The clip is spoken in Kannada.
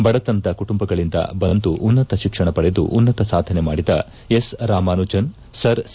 ಬಡತನದ ಕುಟುಂಬಗಳಿಂದ ಬಂದು ಉನ್ನತ ಶಿಕ್ಷಣ ಪಡೆದು ಉನ್ನತ ಸಾಧನೆ ಮಾಡಿದ ಎಸ್ ರಾಮಾನುಜನ್ ಸರ್ ಸಿ